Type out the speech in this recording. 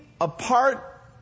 apart